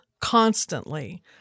constantly